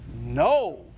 No